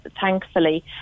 thankfully